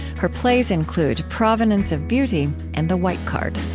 her plays include provenance of beauty and the white card